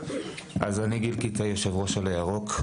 אני יושב-ראש עלה ירוק.